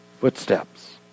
Footsteps